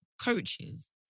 coaches